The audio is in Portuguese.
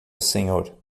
senhor